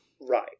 Right